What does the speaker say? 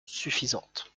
suffisante